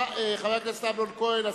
חבר הכנסת אמנון כהן,